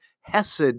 hesed